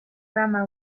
rama